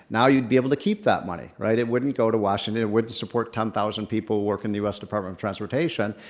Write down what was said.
now you'd be able to keep that money, right? it wouldn't go to washington, it wouldn't support ten thousand people who work in the u. s. department of t ransportation,